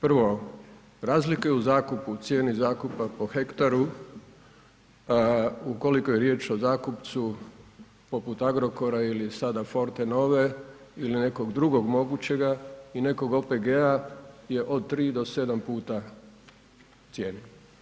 Prvo, razlika je u zakupu, cijeni zakupa po hektaru ukoliko je riječ o zakupcu poput Agrokora ili sada Forte nove ili nekog drugog mogućega i nekog OPG-a je od 3 do 7 puta cijene.